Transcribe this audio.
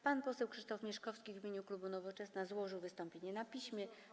Pan poseł Krzysztof Mieszkowski w imieniu klubu Nowoczesna złożył wystąpienie na piśmie.